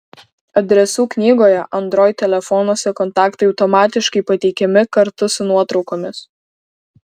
adresų knygoje android telefonuose kontaktai automatiškai pateikiami kartu su nuotraukomis